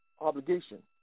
obligation